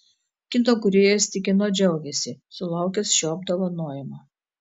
kino kūrėjas tikino džiaugiasi sulaukęs šio apdovanojimo